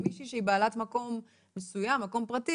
כמישהי שהיא בעלת מקום מסוים פרטי,